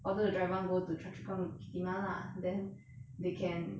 although the driver want go to choa chu kang bukit timah lah then they can